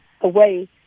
away